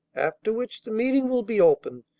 after which the meeting will be open,